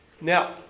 Now